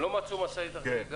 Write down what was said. הם לא מצאו גרר אחר?